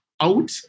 out